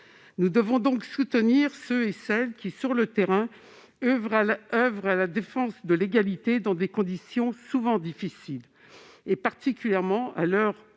Nous devons donc soutenir ceux et celles qui, sur le terrain, oeuvrent à la défense de l'égalité dans des conditions souvent difficiles, particulièrement à l'heure